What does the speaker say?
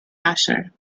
asher